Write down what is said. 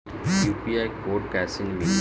UPI code कैसे मिली?